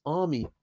army